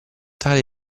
tale